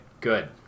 Good